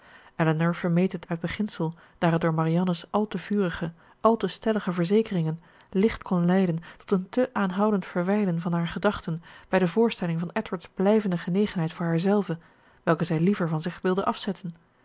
elinor vermeed het uit beginsel daar het door marianne's al te vurige al te stellige verzekeringen licht kon leiden tot een te aanhoudend verwijlen van haar gedachten bij de voorstelling van edward's blijvende genegenheid voor haarzelve welke zij liever van zich wilde afzetten